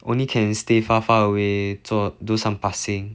only can stay far far away 做 do some passing